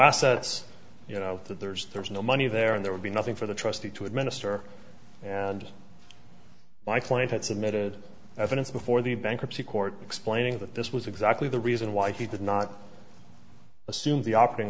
assets you know that there's there's no money there and there would be nothing for the trustee to administer and my client had submitted evidence before the bankruptcy court explaining that this was exactly the reason why he did not assume the operating